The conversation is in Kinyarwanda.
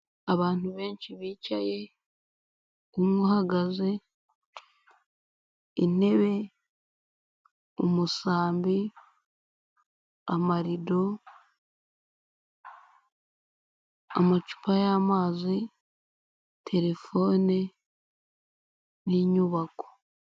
Abantu benshi bicaye, umwe uhagaze, intebe, umusambi, amarido, amacupa y'amazi, terefone n'inyubako.